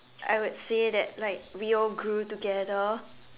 I would say that like we all grew together